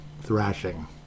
thrashing